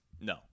no